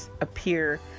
appear